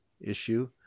issue